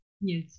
yes